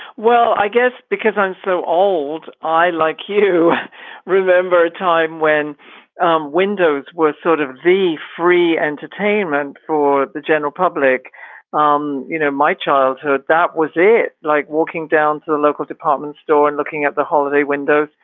well, i guess because i'm so old, i like to remember a time when um windows were sort of v free entertainment for the general public um you know, my childhood, that was it like walking down to a local department store and looking at the holiday windows.